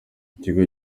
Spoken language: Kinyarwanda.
ikigo